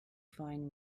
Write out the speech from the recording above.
fine